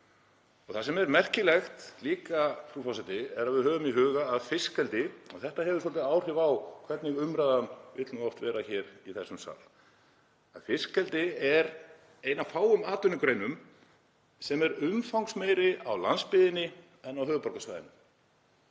Það sem er merkilegt líka, frú forseti, er að við höfum í huga að fiskeldi — og þetta hefur svolítil áhrif á hvernig umræðan vill nú oft vera hér í þessum sal — að fiskeldi er ein af fáum atvinnugreinum sem er umfangsmeiri á landsbyggðinni en á höfuðborgarsvæðinu.